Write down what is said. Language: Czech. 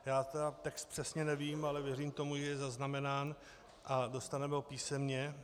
Já text přesně nevím, ale věřím tomu, že je zaznamenán a dostaneme ho písemně...